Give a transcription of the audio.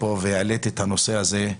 העליתי את הנושא הזה,